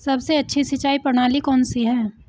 सबसे अच्छी सिंचाई प्रणाली कौन सी है?